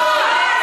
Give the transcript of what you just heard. לא,